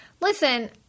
listen